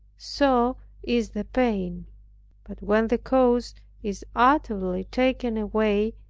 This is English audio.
so is the pain but when the cause is utterly taken away,